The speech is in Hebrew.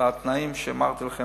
בתנאים שאמרתי לכם,